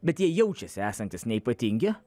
bet jie jaučiasi esantys neypatingi